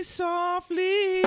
softly